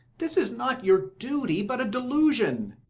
this is not your duty, but a delusion